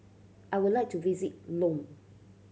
I would like to visit Lome